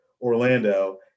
Orlando